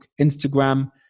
Instagram